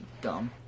dumb